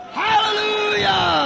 hallelujah